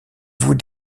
vous